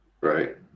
Right